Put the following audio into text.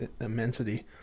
immensity